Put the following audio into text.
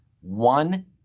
One